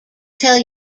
tell